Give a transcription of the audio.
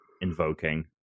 invoking